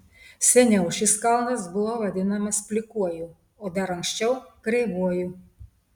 seniau šis kalnas buvo vadinamas plikuoju o dar anksčiau kreivuoju